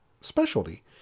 specialty